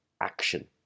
action